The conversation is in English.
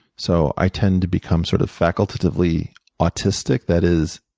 so i tend to become sort of facultatively autistic. that is,